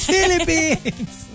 Philippines